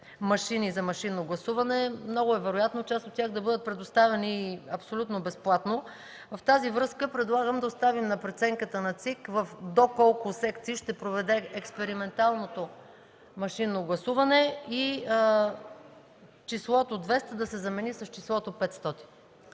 машини за машинно гласуване. Много е вероятно част от тях да бъдат предоставени абсолютно безплатно. В тази връзка предлагам да оставим на преценката на ЦИК в до колко секции ще проведе експерименталното машинно гласуване и числото „200” да се замени с числото „500”,